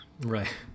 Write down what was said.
Right